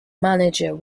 manager